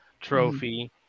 Trophy